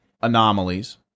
anomalies